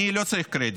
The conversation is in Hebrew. אני לא צריך קרדיט.